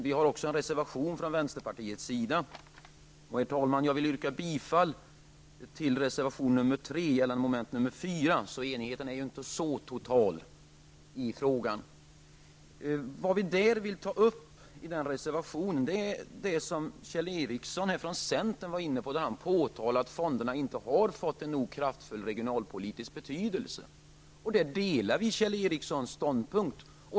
Vi har också en reservation från vänsterpartiets sida. Herr talman! Jag vill yrka bifall till reservation 3 mom. 4. Enigheten är alltså inte total. I reservation 4 vill vi ta upp det som Kjell Ericsson var inne på när han påtalade att löntagarfonderna inte har fått en tillräcklig regionalpolitisk betydelse. Där delar vi Kjell Ericssons ståndpunkt.